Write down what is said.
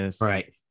Right